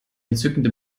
entzückende